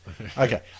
Okay